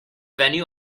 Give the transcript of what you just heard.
venue